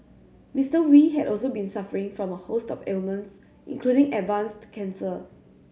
Mister Wee had also been suffering from a host of ailments including advanced cancer